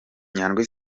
nyandwi